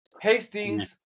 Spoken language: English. Hastings